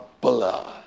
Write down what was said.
blood